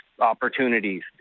opportunities